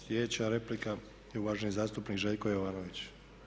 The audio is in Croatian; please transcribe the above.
Slijedeća replika je uvaženi zastupnik Željko Jovanović.